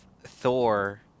Thor